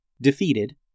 defeated